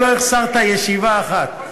לא החסרת ישיבה אחת,